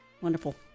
Wonderful